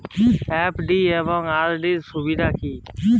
FD এবং RD এর সুবিধা কী?